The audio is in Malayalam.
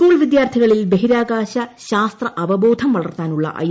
ഒ സ്കൂൾ വിദ്യാർത്ഥികളിൽ ബഹിരാകാശ ശാസ്ത്ര അവബോധം വളർത്താനുള്ള ഐ